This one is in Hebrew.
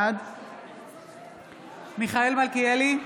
בעד מיכאל מלכיאלי,